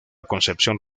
concepción